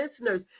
listeners